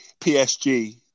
PSG